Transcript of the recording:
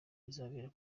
izabera